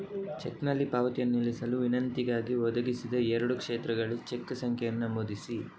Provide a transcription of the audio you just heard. ಚೆಕ್ನಲ್ಲಿ ಪಾವತಿಯನ್ನು ನಿಲ್ಲಿಸಲು ವಿನಂತಿಗಾಗಿ, ಒದಗಿಸಿದ ಎರಡೂ ಕ್ಷೇತ್ರಗಳಲ್ಲಿ ಚೆಕ್ ಸಂಖ್ಯೆಯನ್ನು ನಮೂದಿಸಿ